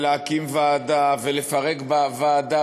להקים ועדה ולפרק ועדה,